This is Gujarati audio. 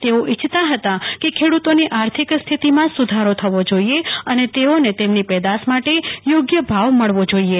તેઓ ઇચ્છતા ફતા કે ખેડૂતોની આર્થિક સ્થિતિમાં સુ ધારો થવો જોઈએ અને તેઓને તેમનીપેદાશ માટે યોગ્ય ભાવ મળવો જોઈએ